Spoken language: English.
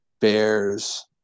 Bears